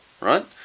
right